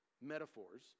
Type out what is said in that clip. metaphors